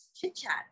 chit-chat